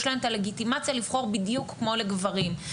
יש להן את הלגיטימציה לבחור בדיוק כמו לגברים.